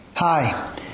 Hi